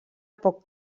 poc